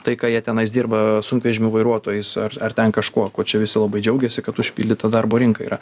tai ką jie tenais dirba sunkvežimių vairuotojais ar ar ten kažkuo kuo čia visi labai džiaugiasi kad užpildyta darbo rinka yra